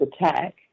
attack